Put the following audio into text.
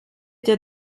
der